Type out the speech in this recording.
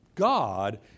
God